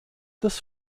des